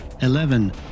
eleven